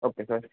okay sir